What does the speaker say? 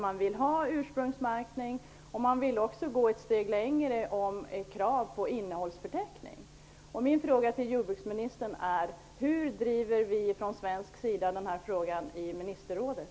Man vill ha en ursprungsmärkning, och man vill också gå ett steg längre med krav på en innehållsförteckning. Min fråga till jordbruksministern är: Hur driver vi i Sverige den här frågan i ministerrådet?